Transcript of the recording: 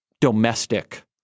domestic